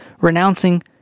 renouncing